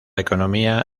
economía